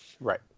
Right